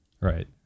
Right